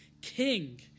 king